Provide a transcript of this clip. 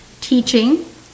teaching